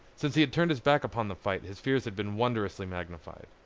since he had turned his back upon the fight his fears had been wondrously magnified.